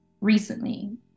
recently